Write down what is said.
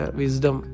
wisdom